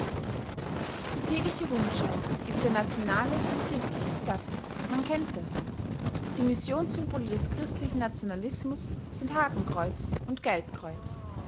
die tägliche rundschau ist ein nationales und christliches blatt man kennt das die missionssymbole des christlichen nationalismus sind hakenkreuz und gelbkreuz